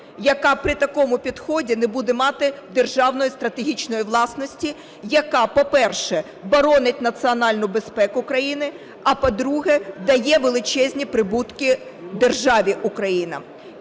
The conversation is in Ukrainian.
яка при такому підході не буде мати державної стратегічної власності, яка, по-перше, боронить національну безпеку країни. А по-друге, дає величезні прибутки державі Україна,